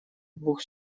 двух